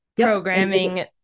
programming